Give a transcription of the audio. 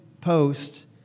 post